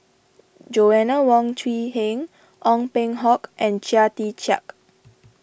Joanna Wong Quee Heng Ong Peng Hock and Chia Tee Chiak